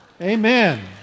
Amen